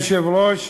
אדוני היושב-ראש,